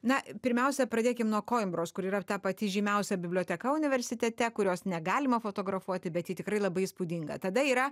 na pirmiausia pradėkim nuo koimbros kur yra ta pati žymiausia biblioteka universitete kurios negalima fotografuoti bet ji tikrai labai įspūdinga tada yra